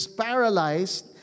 paralyzed